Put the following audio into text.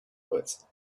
words